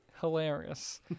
Hilarious